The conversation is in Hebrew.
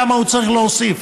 כמה הוא צריך להוסיף,